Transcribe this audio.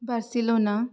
Barcelona